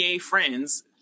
friends